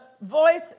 voice